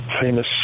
famous